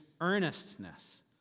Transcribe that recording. earnestness